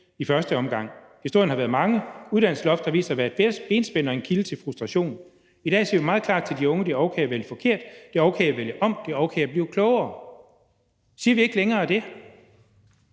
i første omgang. Historierne har været mange. Uddannelsesloftet har vist sig at være et benspænd og en kilde til frustration. I dag siger vi meget klart til alle de unge, at det er okay at vælge forkert, det er okay at vælge om, det er okay at blive klogere.« Siger vi ikke længere det?